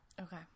Okay